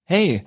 Hey